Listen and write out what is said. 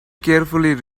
carefully